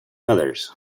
others